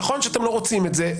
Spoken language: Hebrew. נכון שאתם לא רוצים את זה,